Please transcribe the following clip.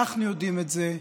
אנחנו יודעים את זה,